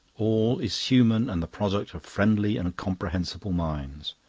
all is human and the product of friendly and comprehensible minds.